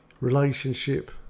relationship